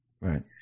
right